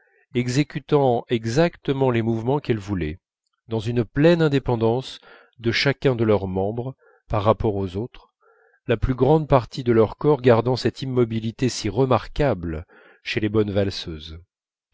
exécutant exactement les mouvements qu'elles voulaient dans une pleine indépendance de chacun de leurs membres par rapport aux autres la plus grande partie de leur corps gardant cette immobilité si remarquable chez les bonnes valseuses